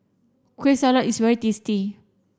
Kueh Salat is very tasty